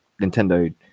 Nintendo